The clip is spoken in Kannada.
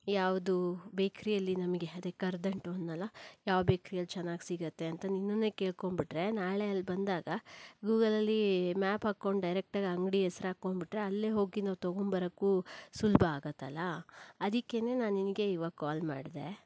ಯಾವುದು ಬೇಕ್ರಿಯಲ್ಲಿ ನಮಗೆ ಅದೇ ಕರದಂಟು ಅಂದೆನಲ್ಲ ಯಾವ ಬೇಕ್ರಿಯಲ್ಲಿ ಚೆನ್ನಾಗಿ ಸಿಗತ್ತೆ ಅಂತ ನಿನ್ನನ್ನೇ ಕೇಳ್ಕೊಂಬಿಟ್ರೆ ನಾಳೆ ಅಲ್ಲಿ ಬಂದಾಗ ಗೂಗಲಲ್ಲಿ ಮ್ಯಾಪ್ ಹಾಕ್ಕೊಂಡು ಡೈರೆಕ್ಟಾಗಿ ಅಂಗಡಿ ಹೆಸ್ರಾಕ್ಕೊಂಬಿಟ್ರೆ ಅಲ್ಲೇ ಹೋಗಿ ನಾವು ತೊಗೊಂಬರಕು ಸುಲಭ ಆಗತ್ತಲ್ಲ ಅದಕ್ಕೇ ನಾನು ನಿನಗೆ ಈವಾಗ ಕಾಲ್ ಮಾಡಿದೆ